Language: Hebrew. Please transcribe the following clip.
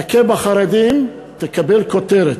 תכה בחרדים, תקבל כותרת,